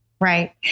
Right